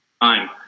Time